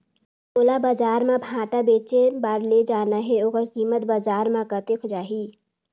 मोला बजार मां भांटा बेचे बार ले जाना हे ओकर कीमत बजार मां कतेक जाही?